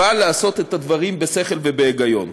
אבל לעשות את הדברים בשכל ובהיגיון.